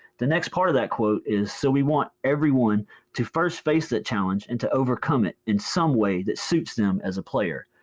the next part of that quote is, so we want everyone to first face that challenge and to overcome it in some way that suits them as a player.